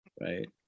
Right